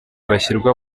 bashyirwa